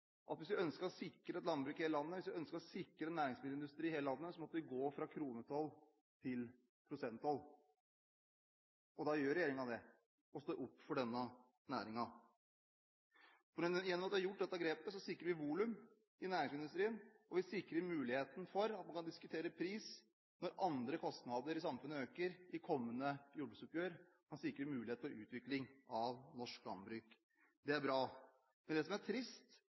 at hvis vi ønsket å sikre et landbruk og en næringsmiddelindustri i hele landet, måtte vi gå fra kronetoll til prosenttoll. Da gjør regjeringen det og står opp for denne næringen. Gjennom at vi har gjort dette grepet, sikrer vi volum i næringsmiddelindustrien, vi sikrer muligheten for at man kan diskutere pris når andre kostnader i samfunnet øker, og man kan i kommende jordbruksoppgjør sikre mulighet for utvikling av norsk landbruk. Det er bra. Men det som er trist,